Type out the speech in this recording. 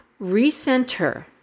recenter